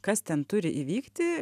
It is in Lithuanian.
kas ten turi įvykti